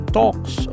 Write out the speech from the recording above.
talks